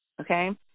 okay